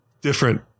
different